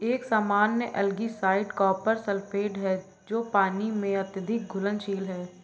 एक सामान्य algicide copper sulphate है जो पानी में अत्यधिक घुलनशील है